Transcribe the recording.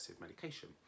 medication